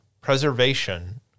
preservation